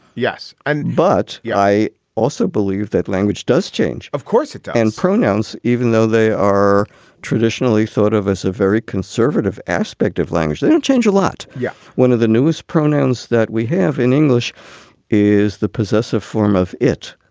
yes. and but yeah i also believe that language does change. of course it. and pronouns, even though they are traditionally thought of as a very conservative aspect of language, they don't change a lot yet. yeah one of the newest pronouns that we have in english is the possessive form of it.